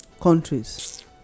countries